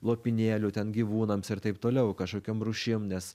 lopinėlių ten gyvūnams ir taip toliau kažkokiom rūšim nes